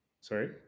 sorry